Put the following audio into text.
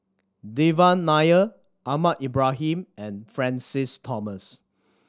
Devan Nair Ahmad Ibrahim and Francis Thomas